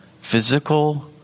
physical